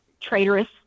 traitorous